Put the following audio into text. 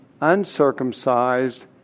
uncircumcised